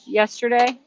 yesterday